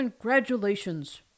Congratulations